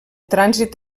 trànsit